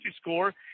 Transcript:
score